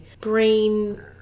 brain